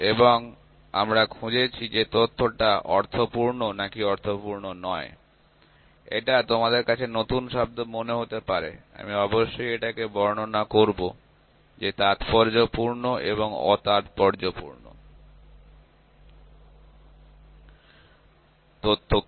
এবং আমরা খুঁজেছি যে তথ্য টা অর্থপূর্ণ নাকি অর্থপূর্ণ নয় এটা তোমাদের কাছে নতুন শব্দ মনে হতে পারে আমি অবশ্যই এটাকে বর্ণনা করব যে তাৎপর্যপূর্ণ এবং অ তাৎপর্যপূর্ণ তথ্য কি